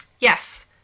yes